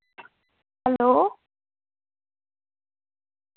hello